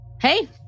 Hey